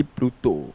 Pluto